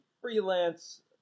freelance